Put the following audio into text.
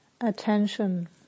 attention